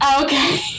Okay